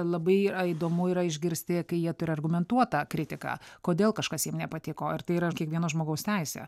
labai įdomu yra išgirsti kai jie turi argumentuotą kritiką kodėl kažkas jiem nepatiko ir tai yra kiekvieno žmogaus teisė